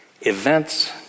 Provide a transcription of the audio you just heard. Events